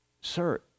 Sir